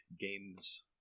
games